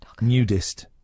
nudist